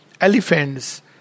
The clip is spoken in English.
elephants